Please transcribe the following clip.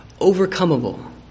overcomable